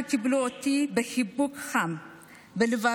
שקיבלו אותי בחיבוק חם ולבבי,